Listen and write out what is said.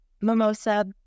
mimosa